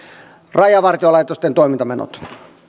rajavartiolaitoksen toimintamenot